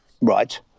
Right